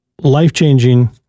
life-changing